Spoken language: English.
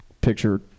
picture